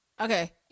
Okay